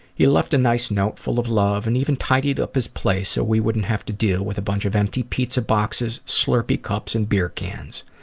he left a nice note full of love, and even tidied up his place so we wouldn't have to deal with a bunch of empty pizza boxes, slurpee cups and beer cans.